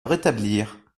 rétablir